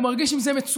והוא מרגיש עם זה מצוין.